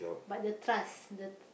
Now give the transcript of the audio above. but the trust the